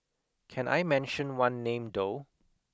can I mention one name though